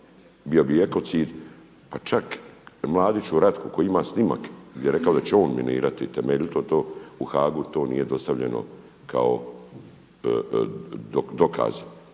bio bi ekocid pa čak Mladiću Ratku koji ima snimak gdje je rekao da će on minirati temeljito to u Haagu to nije dostavljeno kao dokaz.